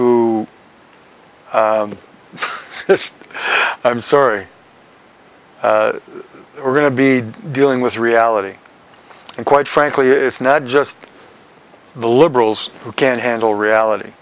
who just i'm sorry are going to be dealing with reality and quite frankly it's not just the liberals who can't handle reality